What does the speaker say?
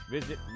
Visit